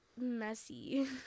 messy